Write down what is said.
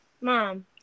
mom